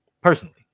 Personally